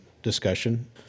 discussion